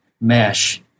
mesh